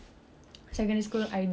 saya tengah fikir balik apa saya buat dulu